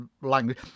language